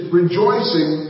rejoicing